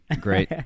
great